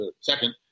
second